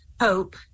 hope